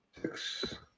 six